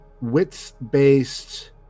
wits-based